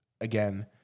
Again